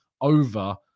over